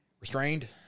restrained